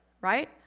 right